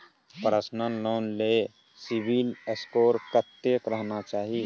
Personal loan ले CIBIL score कत्ते रहना चाही?